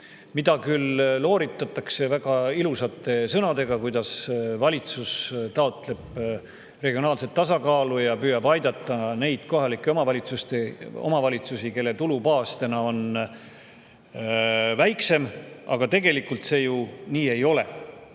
mida küll looritatakse väga ilusate sõnadega, kuidas valitsus taotleb regionaalset tasakaalu ja püüab aidata neid kohalikke omavalitsusi, kelle tulubaas on väiksem. Aga tegelikult see ju nii ei